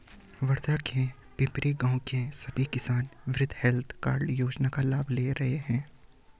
वर्धा के पिपरी गाँव के सभी किसान मृदा हैल्थ कार्ड योजना का लाभ ले रहे हैं